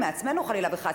חלילה וחס,